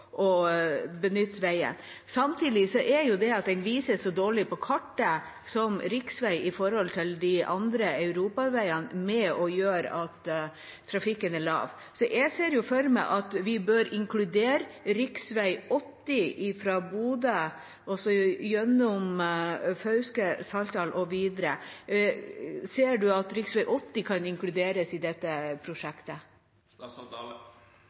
benytte veien. Samtidig er det at den vises så dårlig på kartet som riksvei, sammenliknet med de andre europaveiene, med på å bidra til at trafikken er liten. Jeg ser for meg at vi bør inkludere rv. 80, fra Bodø gjennom Fauske, Saltdal og videre, i dette prosjektet. Ser statsråden at rv. 80 kan inkluderes i dette